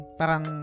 parang